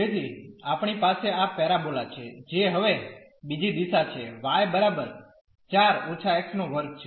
તેથી આપણી પાસે આ પેરાબોલા છે જે હવે બીજી દિશા છે y બરાબર 4−x2 છે